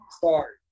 Sorry